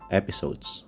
episodes